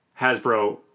Hasbro